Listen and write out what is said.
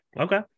Okay